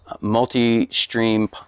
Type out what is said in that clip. multi-stream